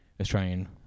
Australian